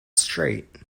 straight